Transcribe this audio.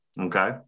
Okay